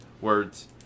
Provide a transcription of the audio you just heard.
Words